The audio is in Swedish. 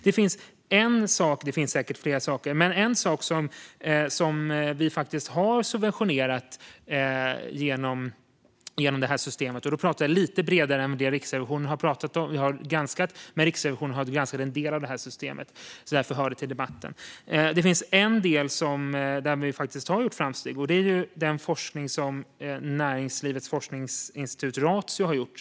Det finns en sak - säkert en bland flera - som vi faktiskt har subventionerat genom det här systemet. Då pratar jag lite bredare än om det Riksrevisionen har granskat, men eftersom Riksrevisionen har granskat en del av det här systemet hör det till debatten. Det finns en del där vi faktiskt har gjort framsteg, och det är den forskning som näringslivets forskningsinstitut Ratio har gjort.